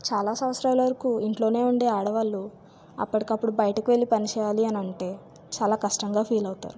చాలా సంవత్సరాల వరకు ఇంట్లో ఉండే ఆడవాళ్లు అప్పటికప్పుడు బయటకు వెళ్ళి పని చేయాలి అని అంటే చాలా కష్టంగా ఫీల్ అవుతారు